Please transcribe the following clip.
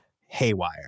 haywire